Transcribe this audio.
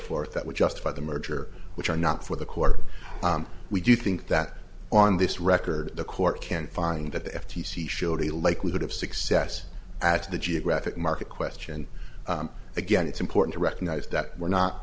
forth that would justify the merger which are not for the court we do think that on this record the court can find that the f t c showed a likelihood of success at the geographic market question again it's important to recognise that we're not